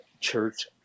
church